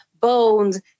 bones